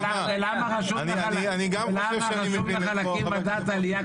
אני גם חושב שאני מבין את --- ולמה חשוב לך להקים את ועדת העלייה?